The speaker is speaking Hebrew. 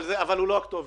אבל הוא לא הכתובת.